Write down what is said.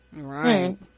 right